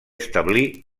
establir